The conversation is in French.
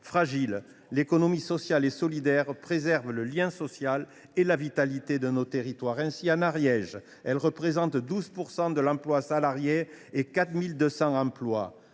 fragiles. L’économie sociale et solidaire préserve le lien social et la vitalité de nos territoires. Ainsi, en Ariège, elle représente 12 % de l’emploi salarié et 4 200 emplois.